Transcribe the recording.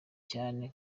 cyane